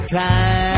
time